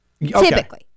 typically